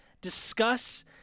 discuss